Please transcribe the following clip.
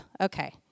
okay